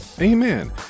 Amen